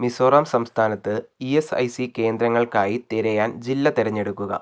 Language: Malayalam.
മിസോറാം സംസ്ഥാനത്ത് ഇ എസ് ഐ സി കേന്ദ്രങ്ങൾക്കായി തിരയാൻ ജില്ല തിരഞ്ഞെടുക്കുക